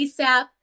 ASAP